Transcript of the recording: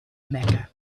mecca